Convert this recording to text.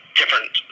different